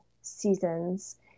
seasons